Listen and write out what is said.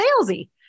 salesy